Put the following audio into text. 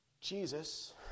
Jesus